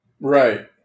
Right